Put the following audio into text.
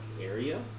area